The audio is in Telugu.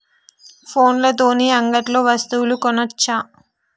ఫోన్ల తోని అంగట్లో వస్తువులు కొనచ్చా?